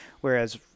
whereas